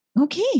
Okay